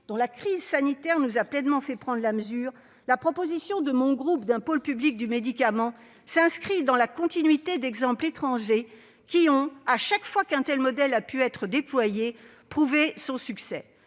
dont la crise sanitaire nous a pleinement fait prendre la mesure, la proposition formulée par mon groupe d'un pôle public du médicament s'inscrit dans la continuité d'exemples étrangers qui ont, chaque fois qu'un tel modèle a pu être déployé, prouvé leur succès.